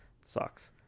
Sucks